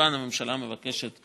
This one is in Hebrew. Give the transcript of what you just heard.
הממשלה מבקשת,